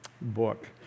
book